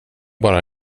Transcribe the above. bara